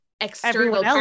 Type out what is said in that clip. external